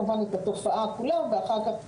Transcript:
כמובן את התופעה כולה ואחר כך לבחור.